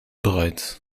bereit